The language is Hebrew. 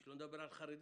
שלא נדבר על חרדית,